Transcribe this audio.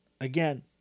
again